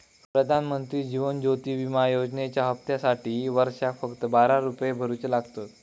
प्रधानमंत्री जीवन ज्योति विमा योजनेच्या हप्त्यासाटी वर्षाक फक्त बारा रुपये भरुचे लागतत